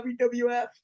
WWF